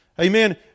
Amen